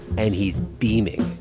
and he's beaming.